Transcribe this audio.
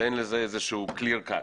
ואין לזה איזה שהוא clear cut.